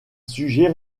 sujet